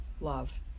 love